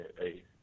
Hey